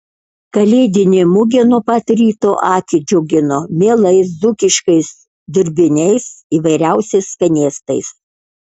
kalėdinė mugė nuo pat ryto akį džiugino mielais dzūkiškais dirbiniais įvairiausiais skanėstais